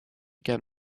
get